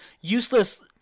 useless